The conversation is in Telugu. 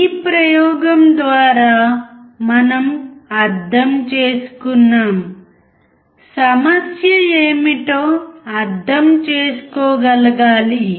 ఈ ప్రయోగం ద్వారా మనం అర్థం చేసుకున్నాం సమస్య ఏమిటో అర్థం చేసుకోగలగాలి